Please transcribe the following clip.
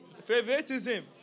Favoritism